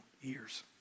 years